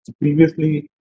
Previously